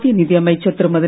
மத்திய நிதி அமைச்சர் திருமதி